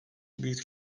büyük